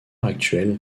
actuel